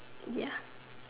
ya